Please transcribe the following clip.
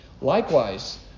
Likewise